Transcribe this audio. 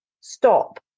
stop